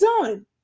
done